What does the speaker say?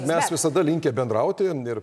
mes visada linkę bendrauti ir